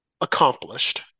accomplished